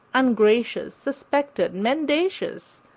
ungracious, suspected, mendacious,